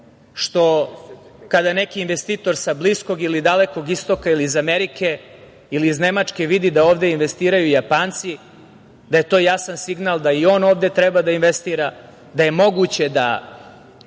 kada je neki investitor sa bliskog ili dalekog istoka, ili iz Amerike, ili iz Nemačke vide da ovde investiraju Japanci, da je to jasan signal, da i on ovde treba da investira, da je moguće da